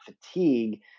fatigue